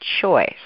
Choice